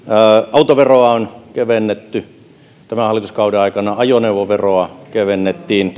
autoveroa on kevennetty tämän hallituskauden aikana ajoneuvoveroa kevennettiin